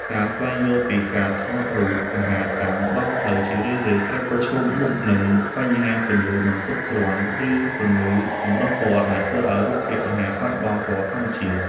ការស្វែងយល់ពីការថតរូបអាហារតាមដងផ្លូវ ជារឿយៗត្រូវប្រឈមមុខនឹងបញ្ហាពន្លឺមិនគ្រប់គ្រាន់ ឬពន្លឺចម្រុះពណ៌ដែលធ្វើឱ្យរូបភាពអាហារបាត់បង់ពណ៌ធម្មជាតិ។